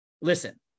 listen